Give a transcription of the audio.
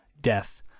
death